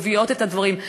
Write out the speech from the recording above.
מביאות את הדברים.